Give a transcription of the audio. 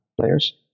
players